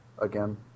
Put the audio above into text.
Again